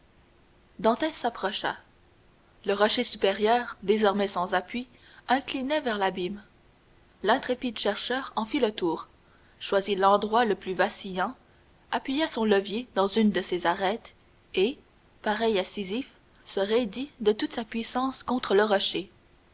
dantès s'approcha le rocher supérieur désormais sans appui inclinait vers l'abîme l'intrépide chercheur en fit le tour choisit l'endroit le plus vacillant appuya son levier dans une de ses arêtes et pareil à sisyphe se raidit de toute sa puissance contre le rocher